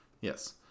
Yes